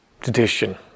tradition